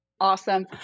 Awesome